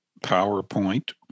PowerPoint